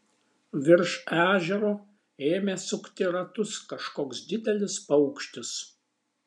virš ežero ėmė sukti ratus kažkoks didelis paukštis